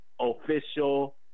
Official